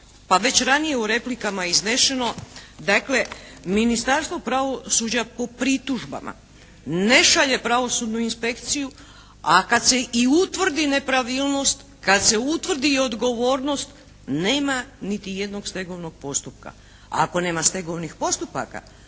Pa već ranije je u replikama iznešeno. Dakle Ministarstvo pravosuđa po pritužbama ne šalje pravosudnu inspekciju a kad se i utvrdi nepravilnost, kad se utvrdi i odgovornost nema niti jednog stegovnog postupka. A ako nema stegovnih postupaka,